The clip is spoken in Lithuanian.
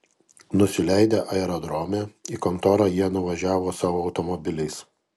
nusileidę aerodrome į kontorą jie nuvažiavo savo automobiliais